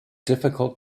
difficult